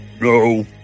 No